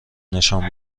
نشان